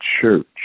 church